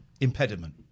impediment